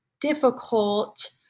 difficult